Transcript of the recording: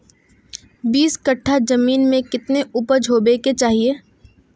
बीस कट्ठा जमीन में कितने उपज होबे के चाहिए?